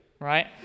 right